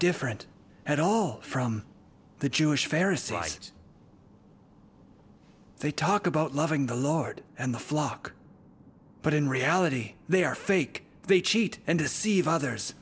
different at all from the jewish parasite they talk about loving the lord and the flock but in reality they are fake they cheat and deceive others